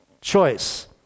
choice